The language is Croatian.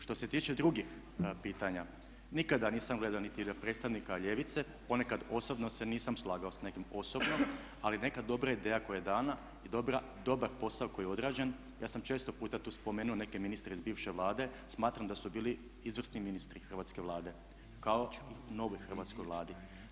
Što se tiče drugih pitanja, nikada nisam gledao niti na predstavnika ljevice, ponekad osobno se nisam slagao s nekim osobno, ali nekad dobra ideja koja je dana i dobar posao koji je odrađen, ja sam često puta tu spomenuo neke ministre iz bivše Vlade, smatram da su bili izvrsni ministri Hrvatske vlade kao i u novoj Hrvatskoj vladi.